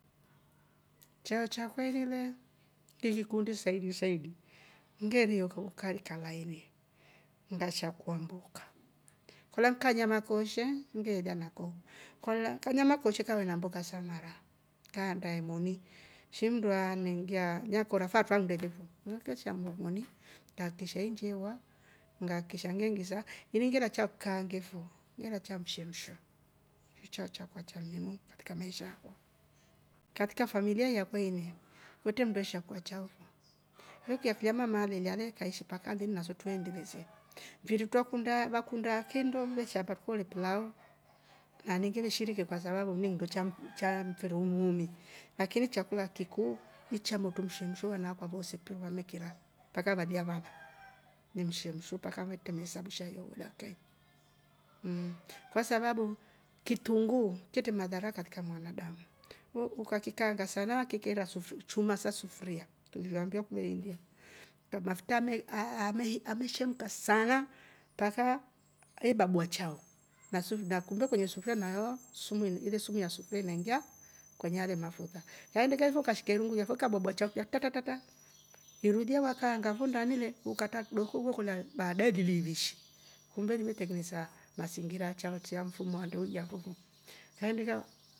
Chao chwakwa ini le ngikikundi saidi saidi ngeria kaukari kalaini ngashakua mboka kolya ni kanyama koosha ngeela nako, kwaola kanyama ko koosha kave na mboka sa mara nikaandae moni shimmndu amengiiya anekora faatro fo angindeliye fo, ini ngeshambua moni ngaakikisha iinjeewa, ngaakikisha ngingisha iningeela chao kikaange fo ngeela chao mshemsho chao chakwa cha muhimu katika maisha akwa, kaatika familia iyakwa ini kwtre mmndu shakua chao fo chao kilyamama alelya le kaishi mpaka linu naso twreendelie se mfiri twrakunda vakundaa kinndo veshaamba tukore pilau naani ngive shiriki kwasababu ni nndo cha mfiri umumi lakini chakula kikuu ichi cha motru mshemsho vanakwa voose piu vamekiraa mpaka valiyaa vana nimshemsho mpaka vetre mesa nsha yo dakika yi mmm, kwa sababu kitunguu chetre madhara katika mwanadamu ukachikaanga sana kikeera sufri- chuma sa sufria tuliambiwa kule india mafutra yamei aah yameshemka sanaa mpaka ye babua chao kumbe na sumu ya sufria inaingia kwenye yale mafuta, kaindika ukashike rungulia fo ukabwabwa fo tra! Tra! Iru lilya wakaanga fo ndani le ukatra kidoko baadae lili ivishi kumbe lime trengenesa masingira a chao cha mfumo a ndeu yakwe, kaindika